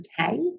okay